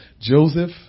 Joseph